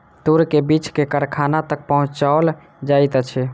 तूर के बीछ के कारखाना तक पहुचौल जाइत अछि